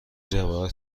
روایت